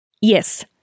Yes